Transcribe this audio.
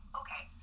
okay